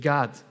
God